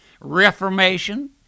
reformation